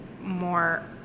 more